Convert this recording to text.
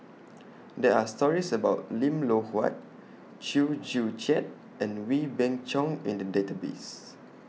There Are stories about Lim Loh Huat Chew Joo Chiat and Wee Beng Chong in The Database